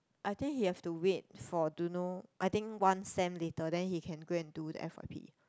I think he have to wait for don't know I think one sem later then he can go and do the f_y_p